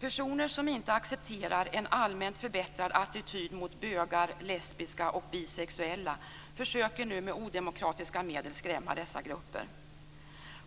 Personer som inte accepterar en allmänt förbättrad attityd mot bögar, lesbiska och bisexuella försöker nu med odemokratiska medel skrämma dessa grupper.